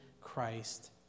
Christ